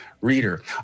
reader